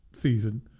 season